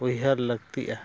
ᱩᱭᱦᱟᱹᱨ ᱞᱟᱹᱠᱛᱤᱜᱼᱟ